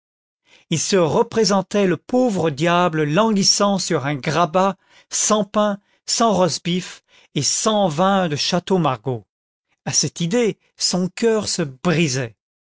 il se représentait le pauvre diable languissant sur un grabat sans pain sans rosbif et sans vin de château margaux a cette idée son cœur se brisait